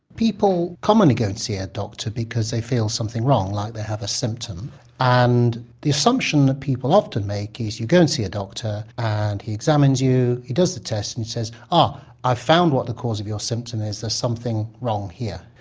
people commonly go and see a doctor because they feel something's wrong, like they have a symptom and the assumption that people often make is you go and see a doctor and he examines you, he does a test and says ah, i've found what the cause of your symptom is, there's something wrong here'.